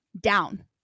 down